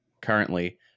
currently